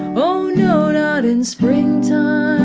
oh, no, not in springtime!